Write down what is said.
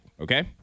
Okay